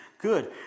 Good